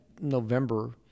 November